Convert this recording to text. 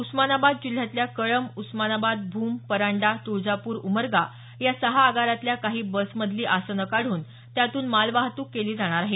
उस्मानाबाद जिल्ह्यातल्या कळंब उस्मानाबाद भूम परांडा तुळजापूर उमरगा या सहा आगारातल्या काही बसमधली आसनं काढून त्यातून मालवाहतुक केली जाणार आहे